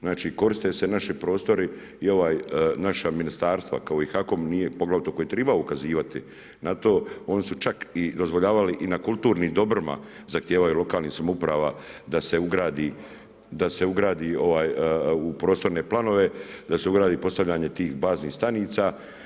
Znači koriste se naši prostri i ova naša ministarstva kao i HAKOM nije poglavito koji je trebao ukazivati na to, oni su čak i dozvoljavali i na kulturnim dobrima, zapjevaju lokalnih samouprava da se ugradi u prostorne planove, da se ugradi postavljenje tih baznih stanica.